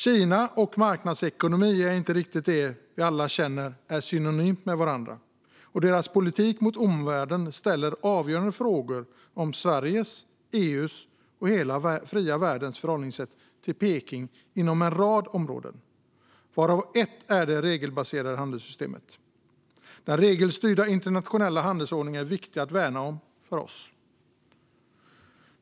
Kina och marknadsekonomi brukar vi inte se som synonymt med varandra, och Kinas politik mot omvärlden ställer avgörande frågor om Sveriges, EU:s och hela den fria världens förhållningssätt till Peking inom en rad områden, varav ett är det regelbaserade handelssystemet. Den regelstyrda internationella handelsordningen är viktig att värna om.